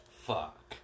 Fuck